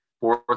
fourth